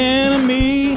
enemy